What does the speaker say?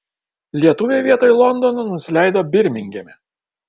lietuviai vietoj londono nusileido birmingeme